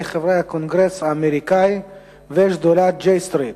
חברי הקונגרס האמריקני ושדולת J Street,